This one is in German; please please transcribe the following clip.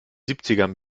siebzigern